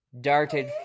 darted